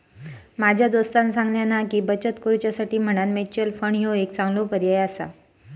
माझ्या दोस्तानं सांगल्यान हा की, बचत करुसाठी म्हणान म्युच्युअल फंड ह्यो एक चांगलो पर्याय आसा